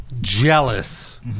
jealous